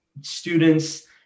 students